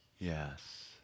Yes